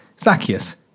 Zacchaeus